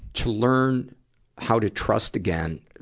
to learn how to trust again,